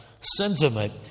sentiment